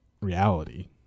reality